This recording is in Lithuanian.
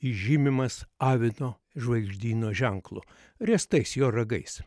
žymimas avino žvaigždyno ženklu riestais jo ragais